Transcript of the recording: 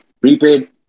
prepaid